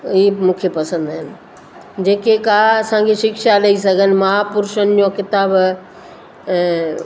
इहे बि मूंखे पसंदि आहिनि जेके का असांखे शिक्षा ॾेई सघनि महापुरुषनि जो किताब ऐं